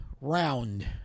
round